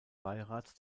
beirats